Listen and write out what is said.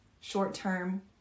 short-term